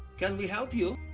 can we help you?